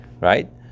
right